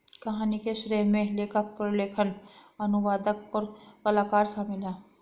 कहानी के श्रेय में लेखक, प्रलेखन, अनुवादक, और कलाकार शामिल हैं